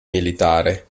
militare